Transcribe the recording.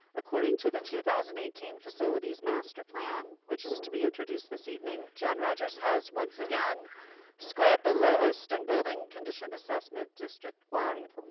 according to the two thousand and eighteen facilities master plan which is to be introduced this evening john rogers has once again scored the lowest in building condition assessment district wide.